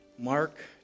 Mark